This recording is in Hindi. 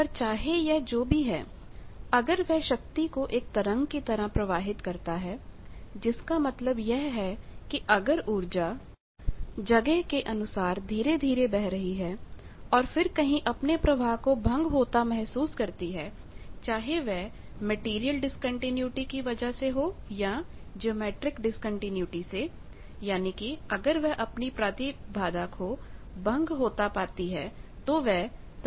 पर चाहे यह जो भी है अगर वह शक्ति को एक तरंग की तरह प्रवाहित कर रहा है जिसका मतलब यह है कि अगर ऊर्जा जगह के अनुसार धीरे धीरे बह रही है और फिर कहींअपने प्रवाह को भंग होता महसूस करती है चाहे वह मेटेरियल डिस्कंटीन्यूटी की वजह से हो या ज्योमैट्रिक डिस्कंटीन्यूटी से यानी कि अगर वह अपनी प्रतिबाधा को भंग होता पाती है तो वह तरंग परावर्तित होती है